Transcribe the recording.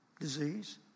disease